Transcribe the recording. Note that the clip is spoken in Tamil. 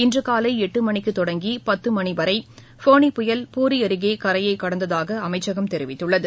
இன்றுகாலைஎட்டுமணிக்குதொடங்கி பத்துமணிவரைஃபோனி பூரி புயல் அருகேகரையைகடந்ததாகஅமைச்சகம் தெரிவித்துள்ளது